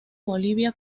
bolivia